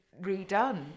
redone